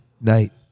Night